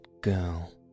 girl